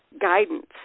guidance